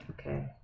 Okay